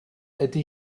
ydy